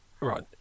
Right